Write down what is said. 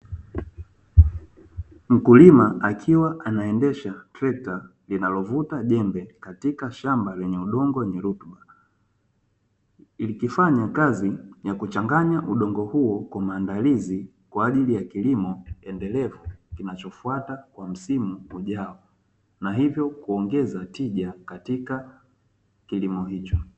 Mkulima akiwa anaendesha trekta linalovuta jembe katika shamba lenye udongo wenye rutuba, likifanya kazi ya kuchanganya udongo huo kwa maandalizi kwaajili ya kilimo endelevu kinachofuata kwa msimu ujao, na hivyo kuongeza tija katika kilimo hicho.